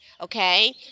okay